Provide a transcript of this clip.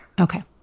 Okay